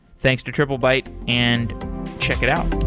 thanks to triplebyte, and check it out.